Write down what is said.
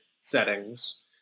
settings